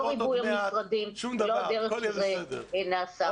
לא ריבוי המשרדים ולא הדרך שזה נעשה.